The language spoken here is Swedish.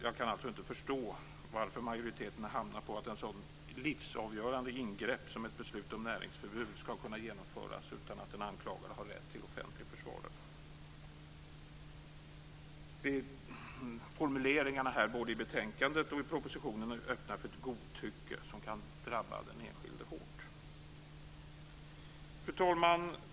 Jag kan inte förstå hur majoriteten har hamnat på att ett sådant livsavgörande ingrepp som beslut om näringsförbud skall kunna genomföras utan att den anklagade har rätt till offentlig försvarare. Formuleringarna både i betänkandet och i propositionen öppnar för ett godtycke som kan drabba den enskilde hårt. Fru talman!